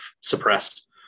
suppressed